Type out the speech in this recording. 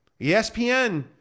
ESPN